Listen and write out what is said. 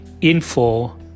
info